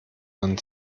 man